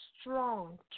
strong